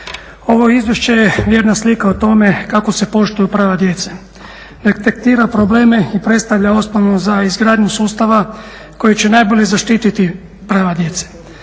Ovo izvješće je vjerna slika o tome kako se poštuju prava djece, detektira probleme i predstavlja osnovu za izgradnju sustava koji će najbolje zaštititi prava djece.